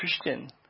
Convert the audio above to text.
Christian